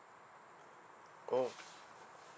oh